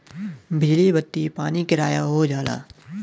बिजली बत्ती पानी किराया हो जाला